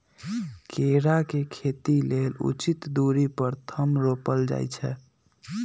केरा के खेती लेल उचित दुरी पर थम रोपल जाइ छै